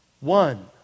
One